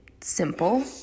simple